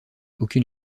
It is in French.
aucune